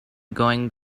going